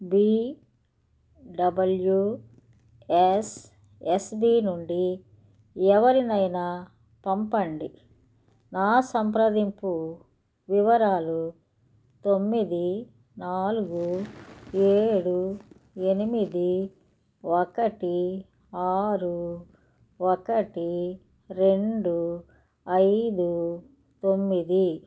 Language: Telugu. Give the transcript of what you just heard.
B W S S B నుండి ఎవరినైనా పంపండి నా సంప్రదింపు వివరాలు తొమ్మిది నాలుగు ఏడు ఎనిమిది ఒకటి ఆరు ఒకటి రెండు ఐదు తొమ్మిది